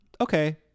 okay